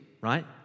right